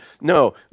no